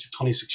26